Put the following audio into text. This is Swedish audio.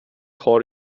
har